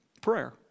Prayer